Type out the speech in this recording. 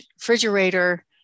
refrigerator